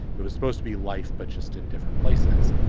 it was supposed to be life but just in different places.